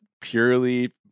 purely